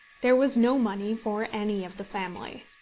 there was no money for any of the family.